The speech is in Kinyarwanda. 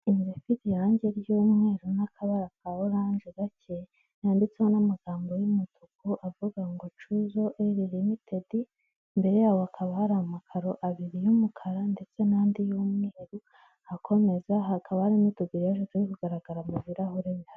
Inzu ifite irangi ry'umweru n'akabara ka oranje gake, yanditseho n'amagambo y'umutuku avuga ngo cuzo eri limitedi, imbere yaho hakaba hari amakaro abiri y'umukara, ndetse n'andi y'umweru, ahakomeza hakaba harimo utugiriyaje turi kugaragara mu birarahuri bihari.